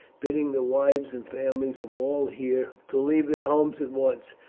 bidding the wives and families of all here to leave their homes at once,